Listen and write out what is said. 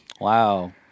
Wow